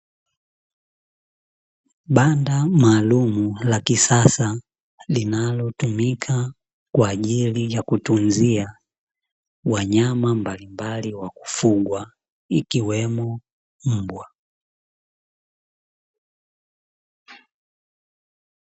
Banda maalumu la kisasa, linalotumika kwa ajili ya kutunzia wanyama mbalimbali wa kufugwa ikiwemo mbwa.